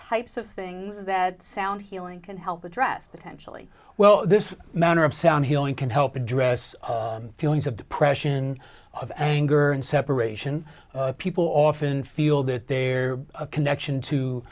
types of things that sound healing can help address sensually well this manner of sound healing can help address feelings of depression of anger and separation people often feel that they're a connection to